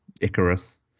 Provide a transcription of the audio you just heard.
Icarus